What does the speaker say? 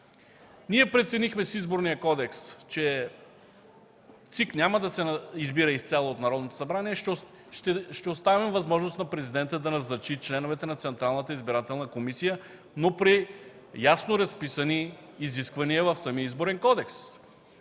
Ние преценихме с Изборния кодекс, че ЦИК няма да се избира изцяло от Народното събрание, а ще оставим възможност на президента да назначи членовете на Централната избирателна комисия, но при ясно разписани изисквания в самия Изборен кодекс,